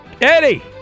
Eddie